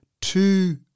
two